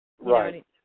right